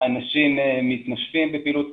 אנשים מתנשפים בפעילות ספורט.